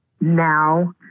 Now